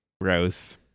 gross